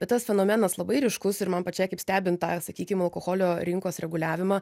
bet tas fenomenas labai ryškus ir man pačiai kaip stebint tą sakykim alkoholio rinkos reguliavimą